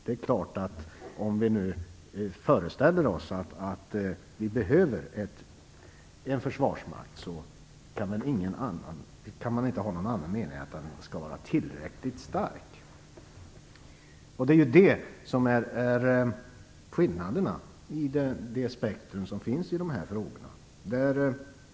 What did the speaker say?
Det är klart att om vi nu föreställer oss att vi behöver en försvarsmakt, kan man inte ha någon annan mening än att den skall vara tillräckligt stark. Häri ligger skillnaden i det spektrum som finns i de här frågorna.